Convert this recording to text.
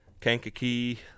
Kankakee